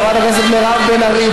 חברת הכנסת מירב בן ארי,